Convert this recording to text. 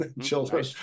children